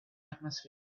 atmosphere